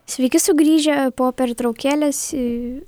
sveiki sugrįžę po pertraukėlės į